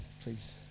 please